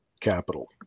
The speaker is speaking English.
capital